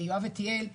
יואב איתיאל,